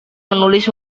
menulis